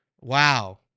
Wow